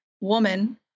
woman